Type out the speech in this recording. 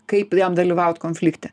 kaip jam dalyvaut konflikte